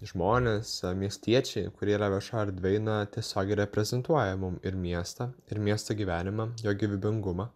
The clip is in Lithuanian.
žmonės miestiečiai kurie yra viešoj erdvėj na tiesiogiai reprezentuoja mum ir miestą ir miesto gyvenimą jo gyvybingumą